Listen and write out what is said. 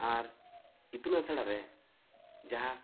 ᱟᱨ ᱤᱛᱩᱱ ᱟᱥᱲᱟ ᱨᱮ ᱡᱟᱦᱟᱸ